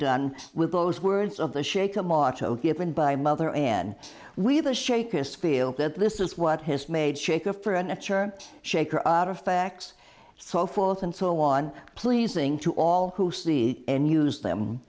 done with those words of the shake a motto given by mother n we the shakers feel that this is what has made shaker for an extra shaker artifacts so forth and so on pleasing to all who see any use them